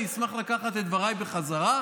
אני אשמח לקחת את דבריי בחזרה,